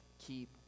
keep